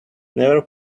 never